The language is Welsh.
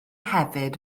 hefyd